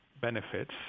benefits